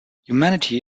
humanity